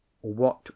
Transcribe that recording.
What